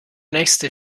nächste